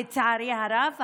לצערי הרב,